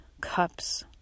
cups